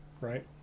right